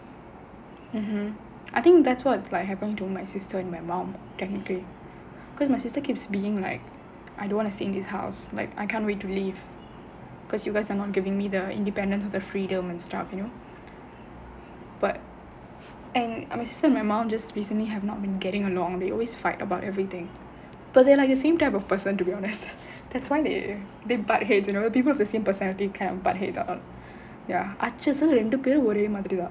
I think that's what like happened to my sister and my mom technically because my sister keeps being like I don't want to stay in this house like I can't wait to leave because you guys are not giving me the independence and the freedom and stuff you know but and my sister my mom just recently have not been getting along they always fight about everything but they are like the same type of person to be honest that's why they they but heads you know people with the same personality kind of அச்சு அசலா ரெண்டு பேரும் ஒரே மாதிரி தான்:achu asalaa rendu perum orae maathiri thaan